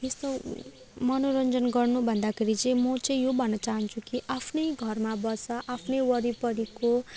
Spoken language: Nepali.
यस्तो मनोरन्जन गर्नु भन्दाखेरि चाहिँ मो चाहिँ यो भन्नु चाहन्छु कि आफ्नै घरमा बस आफ्नै वरिपरिको